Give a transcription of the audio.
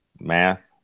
Math